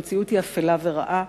והמציאות היא אפלה ורעה.